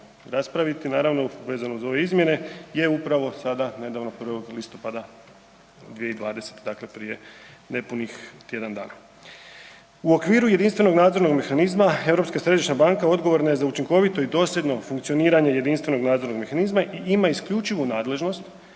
raspraviti, vezano uz ove izmjene, je upravo sada nedavno 1. listopada 2020. prije nepunih tjedan dana. U okviru jedinstvenog nadzornog mehanizma Europska središnja banka odgovorna je za učinkovito i dosljedno funkcioniranje jedinstvenog nadzornog mehanizma i ima isključivu nadležnost